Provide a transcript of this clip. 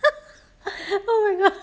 oh my god